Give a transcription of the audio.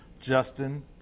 Justin